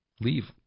Leave